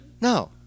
No